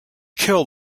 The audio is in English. kill